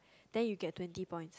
then you get twenty point